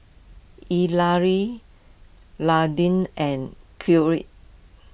Nadine and